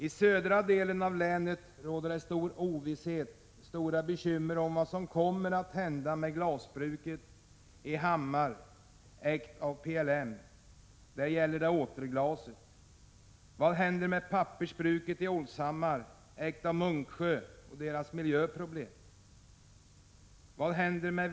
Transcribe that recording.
I södra delen av länet råder det stor ovisshet, och människor är mycket bekymrade över vad som kommer att hända med glasbruket i Hammar, ägt av PLM Återglas. Vad händer med pappersbruket i Olshammar, ägt av Munksjö, och dess miljöproblem?